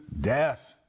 death